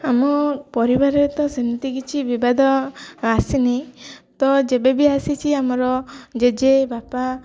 ଆମ ପରିବାରରେ ତ ସେମିତି କିଛି ବିବାଦ ଆସିନି ତ ଯେବେ ବି ଆସିଛିି ଆମର ଜେଜେ ବାପା